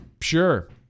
Sure